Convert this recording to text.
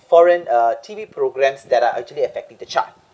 foreign uh T_V programmes that are actually affecting the child